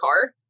car